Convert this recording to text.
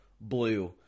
blue